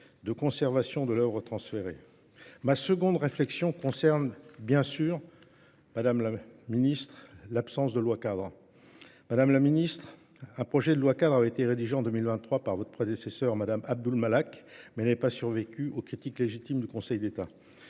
de conservation de l'œuvre transférée. Ma seconde réflexion concerne bien sûr Madame la Ministre, l'absence de loi cadre. Madame la Ministre, un projet de loi cadre avait été rédigé en 2023 par votre prédécesseur, Madame Abdoul Malak, mais n'avait pas survécu aux critiques légitimes du Conseil d'État.